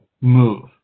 move